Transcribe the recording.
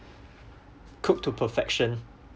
cooked to perfection